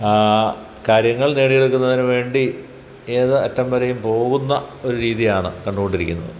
കാര്യങ്ങൾ നേടിയെടുക്കുന്നതിന് വേണ്ടി ഏത് അറ്റം വരെയും പോകുന്ന ഒരു രീതിയാണ് കണ്ടു കൊണ്ടിരിക്കുന്നത്